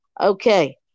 Okay